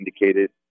indicated